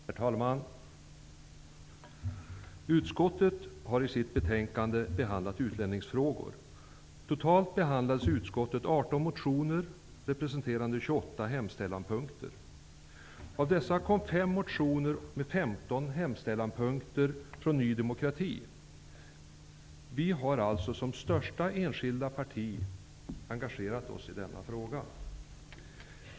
Herr talman! Utskottet har i sitt betänkande behandlat utlänningsfrågor. Totalt behandlades i utskottet 18 motioner representerande 28 Vi i Ny demokrati har alltså som största enskilda parti engagerat oss i denna fråga.